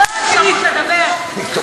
לא נותנים לי אפשרות לדבר בכלל.